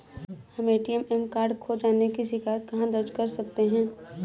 हम ATM card खो जाने की शिकायत कहाँ दर्ज कर सकते हैं?